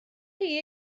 chi